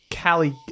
Callie